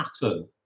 pattern